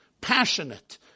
passionate